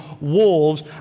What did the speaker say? wolves